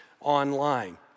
online